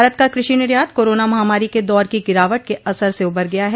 भारत का कृषि निर्यात कोरोना महामारी के दौर की गिरावट के असर से उबर गया है